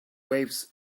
waves